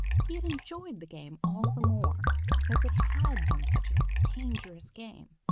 he had enjoyed the game all the more because it had been such a dangerous game.